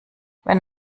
wenn